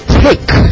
take